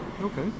Okay